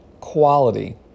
quality